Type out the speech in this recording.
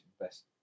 Best